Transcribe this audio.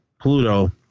Pluto